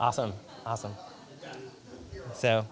awesome awesome so